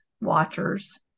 watchers